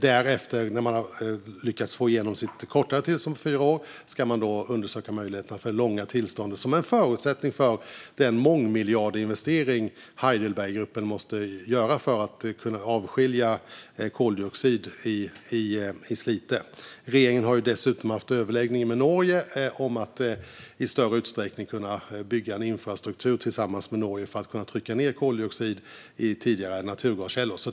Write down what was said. När man har lyckats få igenom sitt kortare tillstånd på fyra år ska man undersöka möjligheterna för långa tillstånd, som en förutsättning för den mångmiljardinvestering Heidelberggruppen måste göra för att kunna avskilja koldioxid vid anläggningen i Slite. Regeringen har dessutom haft överläggningar med Norge om att i större utsträckning bygga infrastruktur tillsammans med Norge för att kunna trycka ned i tidigare naturgaskällor.